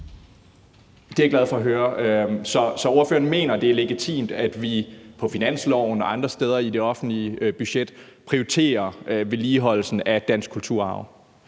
Det er jeg glad for at høre. Så ordføreren mener, det er legitimt, at vi på finansloven og andre steder i det offentlige budget prioriterer vedligeholdelsen af dansk kulturarv?